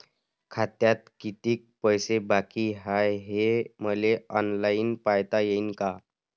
खात्यात कितीक पैसे बाकी हाय हे मले ऑनलाईन पायता येईन का?